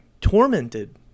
tormented